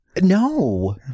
no